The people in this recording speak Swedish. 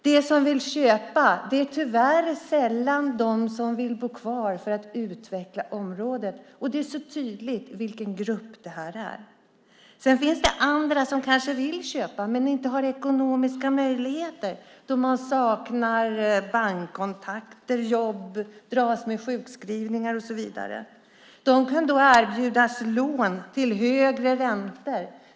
De som vill köpa är tyvärr sällan de som vill bo kvar för att utveckla området. Det är så tydligt vilken grupp det här är. Sedan finns det andra som kanske vill köpa men inte har ekonomiska möjligheter då man saknar bankkontakter, jobb, dras med sjukskrivningar och så vidare. De kan då erbjudas lån till högre räntor.